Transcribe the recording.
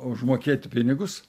užmokėt pinigus